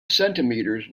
centimeters